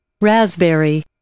Raspberry